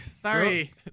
sorry